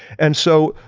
and so,